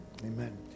Amen